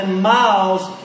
miles